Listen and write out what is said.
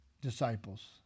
disciples